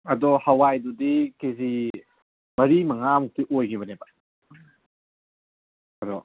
ꯑꯗꯣ ꯍꯋꯥꯏꯗꯨꯗꯤ K G ꯃꯔꯤ ꯃꯉꯥꯃꯨꯛꯇꯤ ꯑꯣꯏꯈꯤꯕꯅꯤꯕ ꯑꯗꯣ